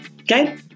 Okay